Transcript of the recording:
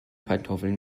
pantoffeln